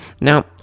Now